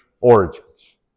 Origins